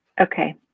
Okay